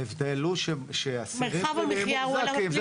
ההבדל הוא שאסירים פליליים מוחזקים,